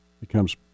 becomes